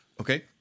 Okay